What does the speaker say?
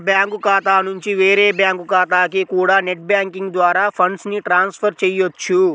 ఒక బ్యాంకు ఖాతా నుంచి వేరే బ్యాంకు ఖాతాకి కూడా నెట్ బ్యాంకింగ్ ద్వారా ఫండ్స్ ని ట్రాన్స్ ఫర్ చెయ్యొచ్చు